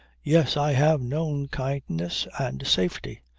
yes, i have known kindness and safety.